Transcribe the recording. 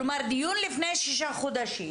כלומר, בדיון לפני שישה חודשים